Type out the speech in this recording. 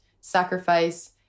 sacrifice